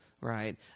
right